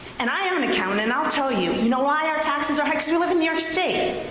and i am an accountant and i'll tell you, you know why our taxes are high? because we live in new york state.